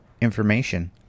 information